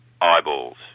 eyeballs